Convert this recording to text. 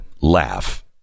laugh